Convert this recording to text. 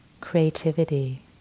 creativity